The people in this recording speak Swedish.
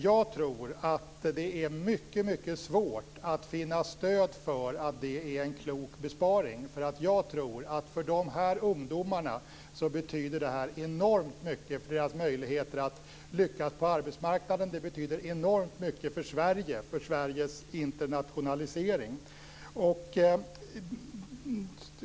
Jag tror att det är mycket svårt att finna stöd för att detta är en klok besparing. Jag tror nämligen att detta betyder enormt mycket för ungdomarna och för deras möjlighet att lyckas på arbetsmarknaden. Det betyder också enormt mycket för Sverige och för Sveriges internationalisering.